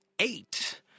eight